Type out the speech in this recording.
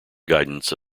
guidance